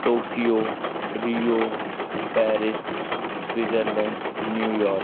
Tokyo rio Paris Switzerland New York